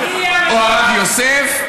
או הרב יוסף?